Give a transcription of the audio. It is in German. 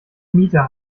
mieter